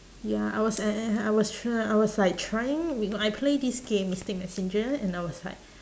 ya I was a~ at and I was try~ I was like trying you know I play this game mystic-messenger and I was like